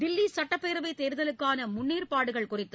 தில்லி சட்டப்பேரவை தேர்தலுக்கான முன்னேற்பாடுகள் குறித்து